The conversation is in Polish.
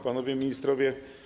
Panowie Ministrowie!